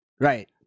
right